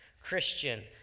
Christian